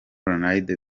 ronaldo